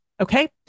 Okay